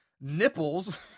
Nipples